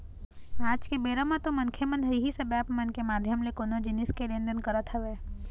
आज के बेरा म तो मनखे मन ह इही सब ऐप मन के माधियम ले कोनो जिनिस के लेन देन करत हवय